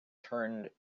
turned